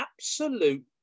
absolute